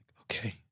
Okay